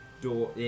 door